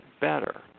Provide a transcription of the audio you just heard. better